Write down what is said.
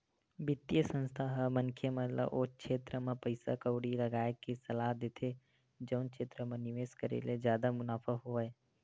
बित्तीय संस्था ह मनखे मन ल ओ छेत्र म पइसा कउड़ी लगाय के सलाह देथे जउन क्षेत्र म निवेस करे ले जादा मुनाफा होवय